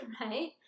right